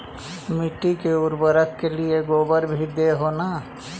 मिट्टी के उर्बरक के लिये गोबर भी दे हो न?